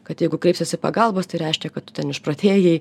kad jeigu kreipsiesi pagalbos tai reiškia kad tu ten išprotėjai